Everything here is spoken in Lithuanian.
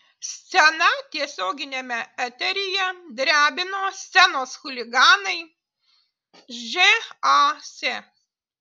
sceną tiesioginiame eteryje drebino scenos chuliganai žas